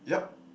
yup